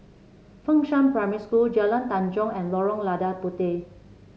Fengshan Primary School Jalan Tanjong and Lorong Lada Puteh